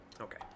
Okay